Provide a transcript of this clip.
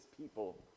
people